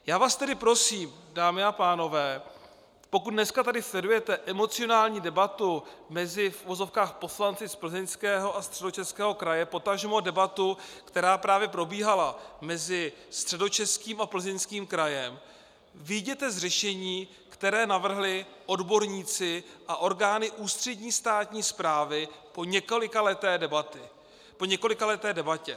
Já vás tedy prosím, dámy a pánové, pokud dneska tady sledujete emocionální debatu mezi v uvozovkách poslanci z Plzeňského a Středočeského kraje, potažmo debatu, která právě probíhala, mezi Středočeským a Plzeňským krajem, vyjděte z řešení, které navrhli odborníci a orgány ústřední státní správy po několikaleté debatě.